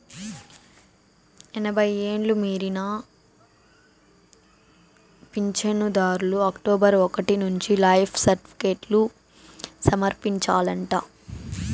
ఎనభై ఎండ్లు మీరిన పించనుదార్లు అక్టోబరు ఒకటి నుంచి లైఫ్ సర్టిఫికేట్లు సమర్పించాలంట